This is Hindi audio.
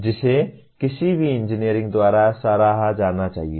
जिसे किसी भी इंजीनियर द्वारा सराहा जाना चाहिए